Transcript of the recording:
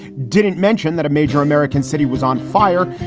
didn't mention that a major american city was on fire.